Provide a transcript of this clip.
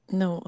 no